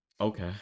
okay